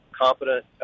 competent